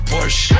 Porsche